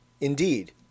Indeed